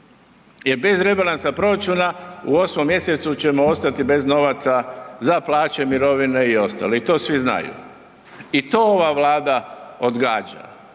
Jer bez rebalansa proračuna u 8 mj. ćemo ostati bez novaca za plaće, mirovine i ostalo i to svi znaju. I to ova Vlada odgađa